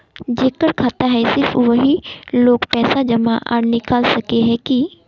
जेकर खाता है सिर्फ वही लोग पैसा जमा आर निकाल सके है की?